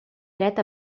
dret